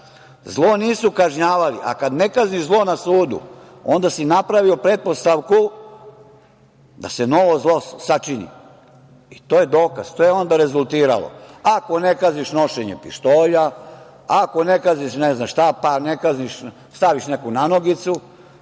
Zlo nisu kažnjavali. Kad ne kazniš zlo na sudu, onda si napravio pretpostavku da se novo zlo sačini i to je dokaz i to je onda rezultiralo, ako ne kazniš nošenje pištolja, ako ne kazniš, ne znam šta, staviš neku nanogicu,